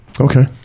Okay